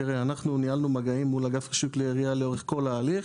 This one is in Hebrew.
תראה אנחנו ניהלנו מגעים מול אגף רישוי כלי ירייה לאורך כל ההליך,